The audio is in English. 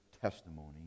testimony